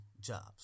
jobs